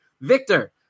Victor